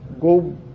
go